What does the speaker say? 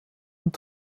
und